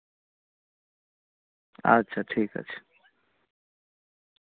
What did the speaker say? ᱟᱪᱪᱷᱟ ᱴᱷᱤᱠ ᱟᱪᱷᱮ